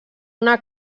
una